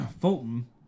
fulton